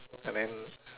and then